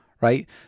Right